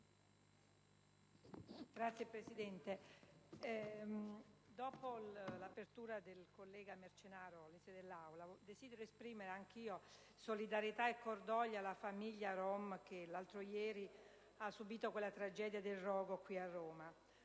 Signor Presidente, dopo l'intervento del collega Marcenaro all'inizio della seduta, desidero esprimere anch'io solidarietà e cordoglio alla famiglia rom che l'altro ieri ha subito la tragedia del rogo a Roma.